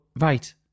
right